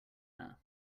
there